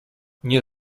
nie